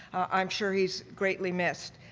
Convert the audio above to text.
i'm sure he's greatly missed.